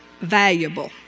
valuable